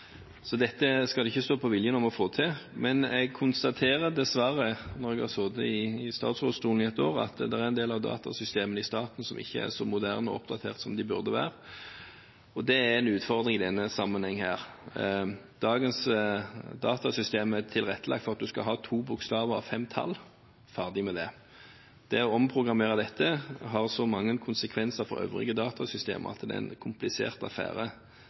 Så her skal det ikke stå på viljen når det gjelder å få det til. Men jeg konstaterer dessverre – etter å ha sittet i statsrådsstolen i ett år – at det er en del av datasystemene i staten som ikke er så moderne og oppdatert som de burde være. Det er en utfordring i denne sammenheng. Dagens datasystem er tilrettelagt for at en skal ha to bokstaver og fem tall – ferdig med det. Det å omprogrammere dette har så mange konsekvenser for øvrige datasystemer at det er en komplisert affære